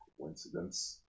Coincidence